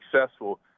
successful